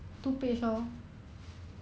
!wow!